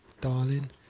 Darling